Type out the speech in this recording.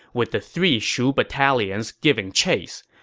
with the three shu battalions giving chase.